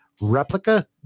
Replica